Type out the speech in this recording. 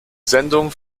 sendung